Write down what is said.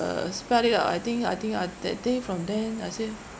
spat it out I think I think uh that day from then I say